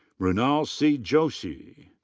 mrunal c. joshi.